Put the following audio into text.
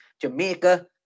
Jamaica